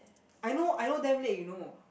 I know I know damn late you know